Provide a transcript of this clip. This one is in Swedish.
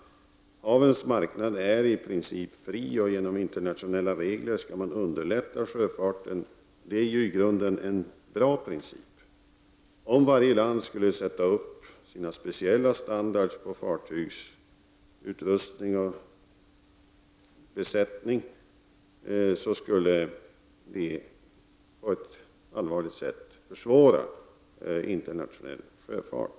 Havsmarknaden är i princip fri och genom internationella regler skall sjöfarten underlättas. Det är i grunden en bra princip. Om varje land skulle tillämpa sin speciella standard när det gäller fartygsutrustning och besättning skulle detta på ett allvarligt sätt försvåra internationell sjöfart.